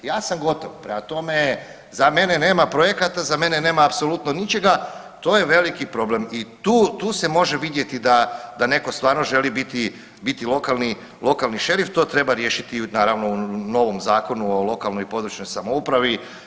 Ja sam gotov, prema tome za mene nema projekata, za mene nema apsolutno ničega to je veliki problem i tu se može vidjeti da neko stvarno želi biti lokalni šerif to treba riješiti naravno u novom Zakonu o lokalnoj i područnoj samoupravi.